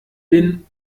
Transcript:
bin